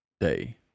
day